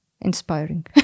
inspiring